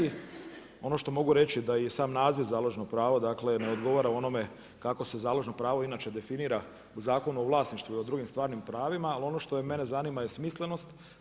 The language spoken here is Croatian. Ono što mogu reći da i sam naziv založno pravo, dakle ne odgovara onome kako se založno pravo inače definira u Zakonu o vlasništvu i o drugim stvarnim pravima, ali ono što mene zanima je smislenost.